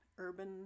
urban